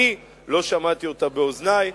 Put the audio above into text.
אני לא שמעתי אותה באוזני,